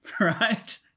right